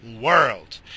world